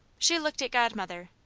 she looked at godmother.